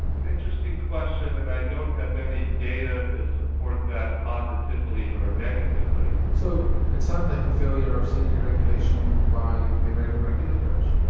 an interesting question and i don't have any data to support that positively or negatively. so it sounds like a failure of safety regulation by the american regulators?